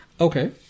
Okay